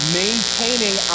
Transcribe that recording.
maintaining